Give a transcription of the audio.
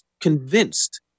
convinced